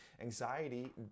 Anxiety